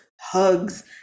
hugs